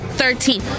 thirteen